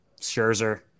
Scherzer